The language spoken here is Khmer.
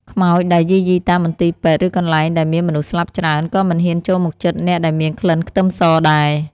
ខ្មោចដែលយាយីតាមមន្ទីរពេទ្យឬកន្លែងដែលមានមនុស្សស្លាប់ច្រើនក៏មិនហ៊ានចូលមកជិតអ្នកដែលមានក្លិនខ្ទឹមសដែរ។